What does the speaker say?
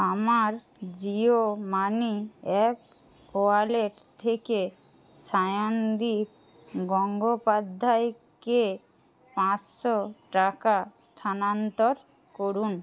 আমার JioMoney app wallet থেকে সায়নদীপ গঙ্গোপাধ্যায়কে পাঁচশো টাকা স্থানান্তর করুন